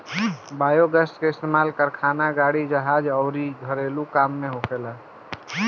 biogas के इस्तमाल कारखाना, गाड़ी, जहाज अउर घरेलु काम में होखेला